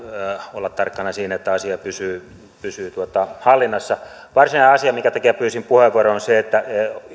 olla tarkkana siinä että asia pysyy pysyy hallinnassa varsinainen asia minkä takia pyysin puheenvuoron on se